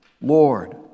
Lord